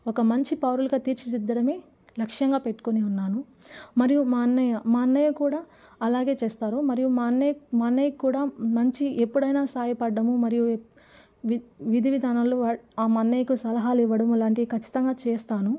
ఒక మంచి పౌరులుగా తీర్చిదిద్దడమే లక్ష్యంగా పెట్టుకొని ఉన్నాను మరియు మా అన్నయ్య మా అన్నయ్య కూడా అలాగే చేస్తారు మరియు మా అన్నయ్య మా అన్నయ్యకు కూడా మంచి ఎప్పుడైనా సాయపడ్డము మరియు విధి విధానాల్లో మా అన్నయ్యకు సలహాలు ఇవ్వడము లాంటివి ఖచ్చితంగా చేస్తాను